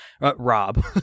Rob